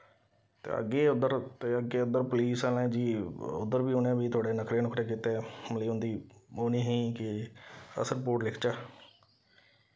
ते अग्गे उद्धर ते अग्गे उद्धर पुलीस आह्लें जी उद्धर बी उ'नें बी थोह्ड़े नखरे नुखरे कीते मतलब उं'दी ओह् निं ही के अस रपोट लिखचै